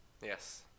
yes